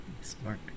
Smart